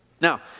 Now